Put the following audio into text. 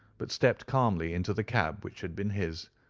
but stepped calmly into the cab which had been his,